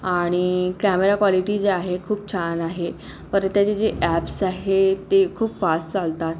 आणि camera quality जे आहे खूप छान आहे परत त्याचे जे ॲप्स आहे ते खूप फास्ट चालतात